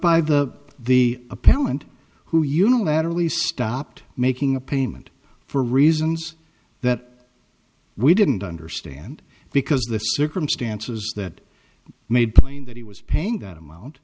by the the appellant who unilaterally stopped making a payment for reasons that we didn't understand because the circumstances that made plain that he was paying that amount